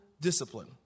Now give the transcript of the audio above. discipline